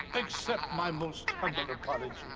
accept my most humble